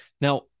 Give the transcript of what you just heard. Now